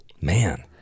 Man